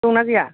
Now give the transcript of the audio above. दंना गैया